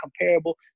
comparable